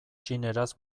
txineraz